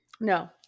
No